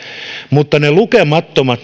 mutta niiden lukemattomien